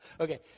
Okay